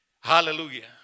Hallelujah